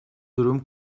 durum